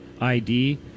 ID